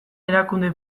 erakunde